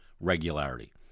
regularity